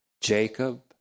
Jacob